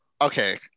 okay